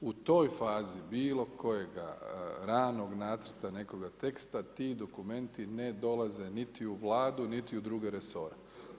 U toj fazi, bilo kojega ranoga nacrta nekoga teksta, ti dokumenti ne dolaze niti u Vladu, niti u druge resore.